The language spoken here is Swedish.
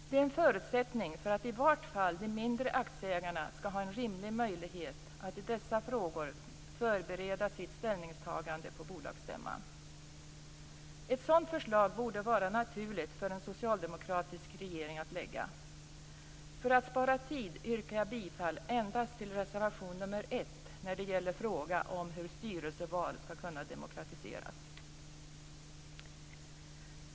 Det är en förutsättning för att i varje fall de mindre aktieägarna skall ha en rimlig möjlighet att i dessa frågor förbereda sitt ställningstagande på bolagsstämman. Ett sådant förslag borde vara naturligt att lägga för en socialdemokratisk regering. För att spara tid yrkar jag bifall endast till reservation nr 1 när det gäller frågan om hur styrelseval skall kunna demokratiseras.